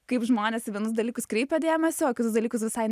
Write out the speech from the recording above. kaip žmonės į vienus dalykus kreipia dėmesį o kitus dalykus visai